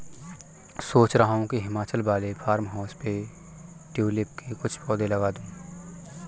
सोच रहा हूं हिमाचल वाले फार्म हाउस पे ट्यूलिप के कुछ पौधे लगा दूं